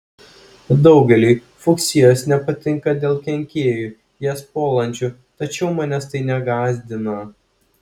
daugeliui fuksijos nepatinka dėl kenkėjų jas puolančių tačiau manęs tai negąsdina